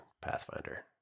Pathfinder